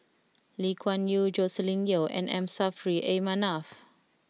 Lee Kuan Yew Joscelin Yeo and M Saffri A Manaf